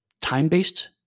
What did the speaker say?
time-based